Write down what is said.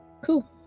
Cool